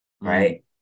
right